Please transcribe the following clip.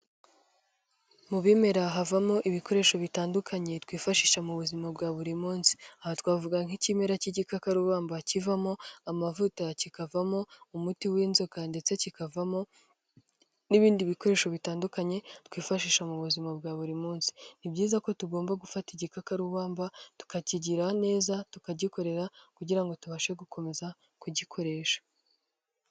Mu bimera havamo ibikoresho bitandukanye twifashisha mu buzima bwa buri munsi. Aha twavuga nk'ikimera cy'igikakarubamba kivamo amavuta, kikavamo umuti w'inzoka, ndetse kikavamo n'ibindi bikoresho bitandukanye twifashisha mu buzima bwa buri munsi. Ni byiza ko tugomba gufata igikakarubamba tukakigira neza, tukagikorera kugira ngo tubashe gukomeza kugikoresha.